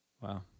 Wow